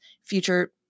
future